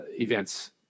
events